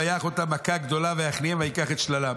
ויך אותם מכה גדולה ויכניעם וייקח את שללם.